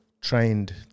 trained